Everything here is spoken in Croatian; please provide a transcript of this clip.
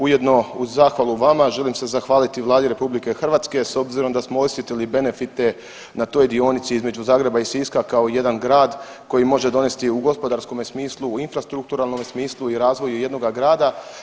Ujedno uz zahvalu vama želim se zahvaliti Vladi RH s obzirom da smo osjetili benefite na toj dionici između Zagreba i Siska kao jedan grad koji može donesti u gospodarskom smislu, u infrastrukturalnom smislu i razvoju jednoga grada.